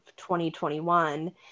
2021